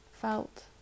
felt